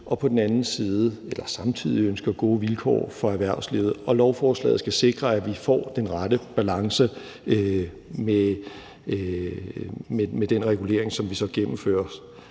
forbrugerbeskyttelse og samtidig ønsker gode vilkår for erhvervslivet, og lovforslaget skal sikre, at vi får den rette balance med den regulering, som vi så gennemfører.